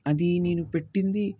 అది నేను పెట్టింది